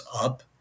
up